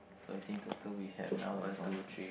so I think total we have now is one two three